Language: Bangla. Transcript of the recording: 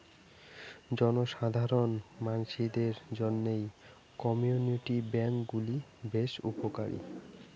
জনসাধারণ মানসিদের জইন্যে কমিউনিটি ব্যাঙ্ক গুলি বেশ উপকারী